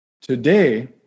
Today